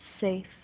safe